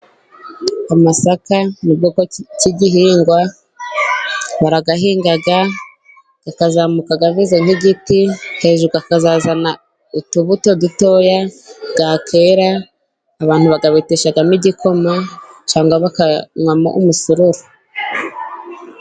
Amasakani ubwoko cy'igihingwa, barayahinga akazamuka ameze nk'igiti, hejuru akazazana utubuto dutoya, yakwera abantu bakayabeteshamo igikoma cyangwa mo umusururu.